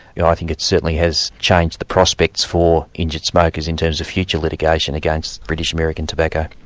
you know i think it certainly has changed the prospects for injured smokers in terms of future litigation against british american tobacco.